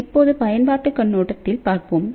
இப்போது பயன்பாட்டுக் கண்ணோட்டத்தில் பார்ப்போம்